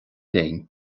léinn